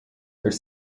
their